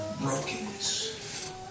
brokenness